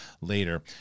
later